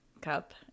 cup